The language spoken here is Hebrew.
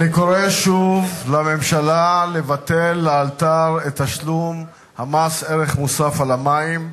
אני קורא שוב לממשלה לבטל לאלתר את תשלום מס ערך מוסף על המים.